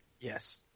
Yes